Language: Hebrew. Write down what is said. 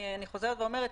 אני חוזרת ואומרת,